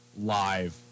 live